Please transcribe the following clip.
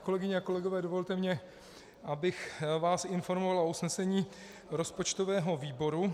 Kolegyně a kolegové, dovolte mi, abych vás informoval o usnesení rozpočtového výboru.